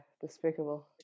despicable